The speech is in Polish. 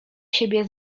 siebie